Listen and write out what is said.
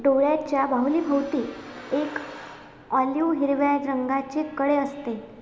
डोळ्याच्या बाहुलीभोवती एक ऑलिव हिरव्या रंगाचे कडे असते